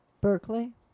Berkeley